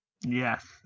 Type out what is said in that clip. Yes